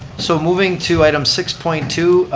so moving to item six point two,